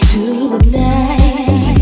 Tonight